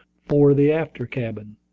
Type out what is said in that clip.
for the after cabin.